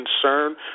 concern